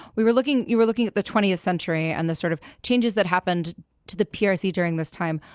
we were looking you were looking at the twentieth century and the sort of changes that happened to the prc during this time.